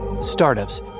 Startups